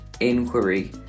inquiry